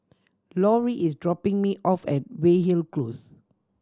Lorrie is dropping me off at Weyhill Close